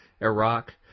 Iraq